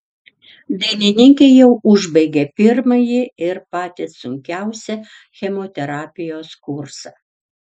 dainininkė jau užbaigė pirmąjį ir patį sunkiausią chemoterapijos kursą